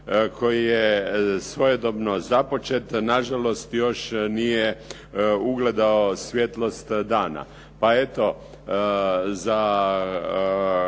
koji je svojedobno započet na žalost još nije ugledao svjetlost dana. Pa eto, za